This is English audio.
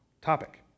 topic